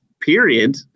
period